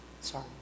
Sorry